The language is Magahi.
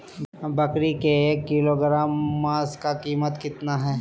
बकरी के एक किलोग्राम मांस का कीमत कितना है?